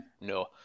no